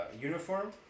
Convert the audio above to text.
Uniform